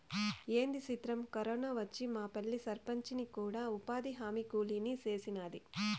ఏంది సిత్రం, కరోనా వచ్చి మాపల్లె సర్పంచిని కూడా ఉపాధిహామీ కూలీని సేసినాది